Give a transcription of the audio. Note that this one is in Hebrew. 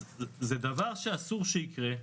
זה דבר שאסור שיקרה,